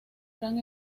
gran